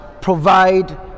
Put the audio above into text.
provide